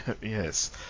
Yes